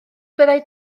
byddai